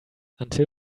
until